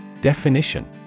Definition